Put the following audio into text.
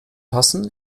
fassen